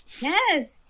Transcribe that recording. Yes